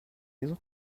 maison